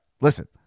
listen